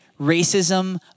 racism